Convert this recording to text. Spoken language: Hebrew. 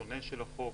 שונה של החוק.